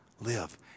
Live